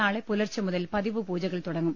നാളെ പുലർച്ചെ മുതൽ പതിവ് പൂജകൾ തുടങ്ങും